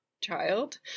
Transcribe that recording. child